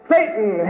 Satan